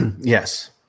Yes